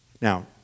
Now